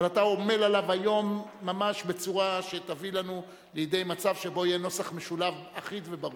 היום ממש בצורה שתביא לידי מצב שבו יהיה לנו נוסח משולב אחיד וברור.